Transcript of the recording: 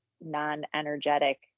non-energetic